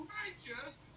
righteous